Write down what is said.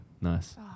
Nice